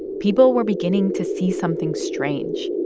people were beginning to see something strange.